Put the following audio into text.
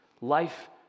life